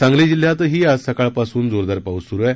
सांगली जिल्ह्यातही आज सकाळपासून जोरदार पाऊस स्रू आहे